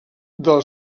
del